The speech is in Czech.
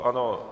Ano.